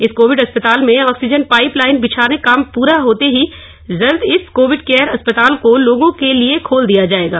इस कोविड अस्पताल में ऑक्सीजन पाइप लाइन बिछाने काम पूरा होते ही जल्द इस कोविड केयर अस्पताल को लोगो के लिए खोल दिया जाएगा